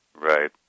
Right